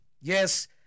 Yes